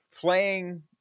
playing